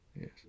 Yes